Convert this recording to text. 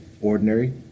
Ordinary